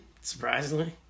surprisingly